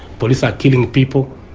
police are killing people,